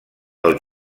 del